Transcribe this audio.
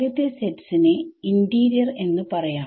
ആദ്യത്തെ സെറ്റ്സ്നെ ഇന്റീരിയർ എന്ന് പറയാം